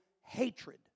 hatred